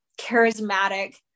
charismatic